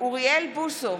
אוריאל בוסו,